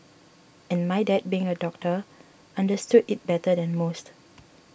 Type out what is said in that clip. and my dad being a doctor understood it better than most